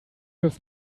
have